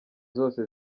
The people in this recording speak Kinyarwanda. zose